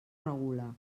regula